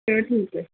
ਚਲੋ ਠੀਕੇ ਹੈ